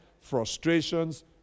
frustrations